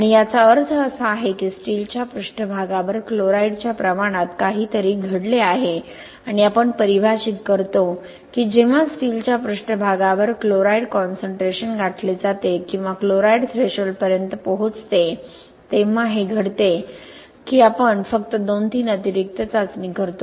आणि याचा अर्थ असा आहे की स्टीलच्या पृष्ठभागावर क्लोराईडच्या प्रमाणात काहीतरी घडले आहे आणि आपण परिभाषित करतो की जेव्हा स्टीलच्या पृष्ठभागावर क्लोराईड कॉनसन्ट्रेशन गाठली जाते किंवा क्लोराईड थ्रेशोल्डपर्यंत पोहोचते तेव्हा हे घडते तेव्हा आपण फक्त 2 3 अतिरिक्त चाचणी करतो